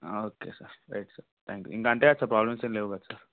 okay sir right sir thank you ఇంక అంతే కదా సార్ ప్రోబ్లెంస్ ఏం లేవు కదా సార్